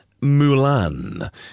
Mulan